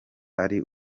ari